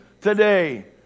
today